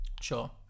Sure